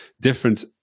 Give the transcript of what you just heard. different